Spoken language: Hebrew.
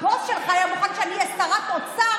והצליחו לקנות אותך.